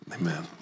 amen